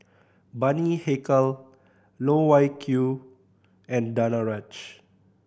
Bani Haykal Loh Wai Kiew and Danaraj